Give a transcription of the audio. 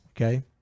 okay